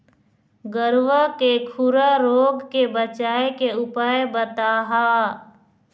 गरवा के खुरा रोग के बचाए के उपाय बताहा?